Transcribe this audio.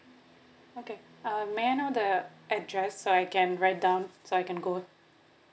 okay um may I know the address so I can write down so I can go